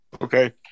Okay